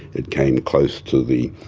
it came close to the